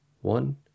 one